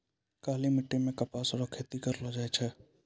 काली मिट्टी मे कपास रो खेती करलो जाय छै